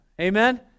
amen